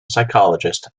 psychologist